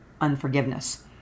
unforgiveness